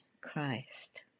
Christ